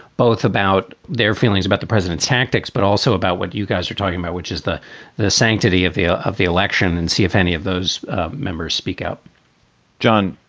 both about their feelings about the president's tactics, but also about what you guys are talking about, which is the the sanctity of the ah of the election, and see if any of those members speak out john,